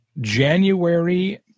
January